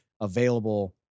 available